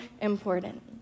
important